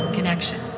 Connection